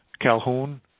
Calhoun